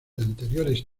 anteriores